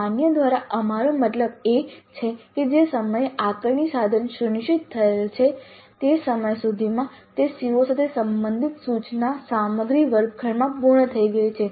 માન્ય દ્વારા અમારો મતલબ એ છે કે જે સમયે આકારણી સાધન સુનિશ્ચિત થયેલ છે તે સમય સુધીમાં તે CO સાથે સંબંધિત સૂચના સામગ્રી વર્ગખંડમાં પૂર્ણ થઈ ગઈ છે